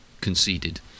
conceded